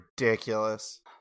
ridiculous